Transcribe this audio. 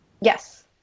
Yes